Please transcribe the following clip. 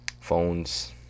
phones